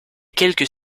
quelques